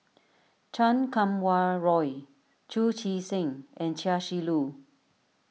Chan Kum Wah Roy Chu Chee Seng and Chia Shi Lu